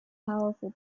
powerful